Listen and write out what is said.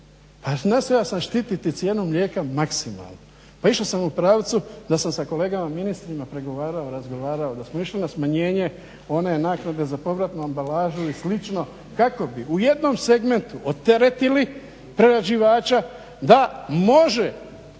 Pa nastojao sam štititi cijenu mlijeka maksimalno. Pa išao sam u pravcu da sam sa kolegama ministrima pregovarao, razgovarao, da smo išli na smanjenje one naknade za povratnu ambalažu i slično kako bi u jednom segmentu odteretili prerađivača da može